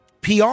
PR